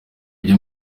ibyo